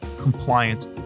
compliant